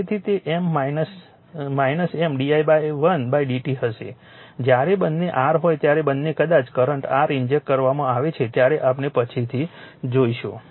તેથી તે M di1 dt હશે જ્યારે બંને r હોય ત્યારે બંને કદના કરંટ r ઇન્જેક્ટ કરવામાં આવે છે ત્યારે આપણે પછીથી જોઈશું